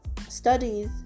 Studies